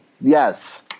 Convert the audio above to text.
yes